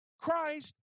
Christ